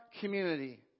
community